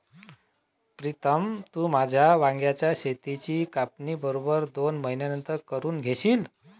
प्रीतम, तू तुझ्या वांग्याच शेताची कापणी बरोबर दोन महिन्यांनंतर करून घेशील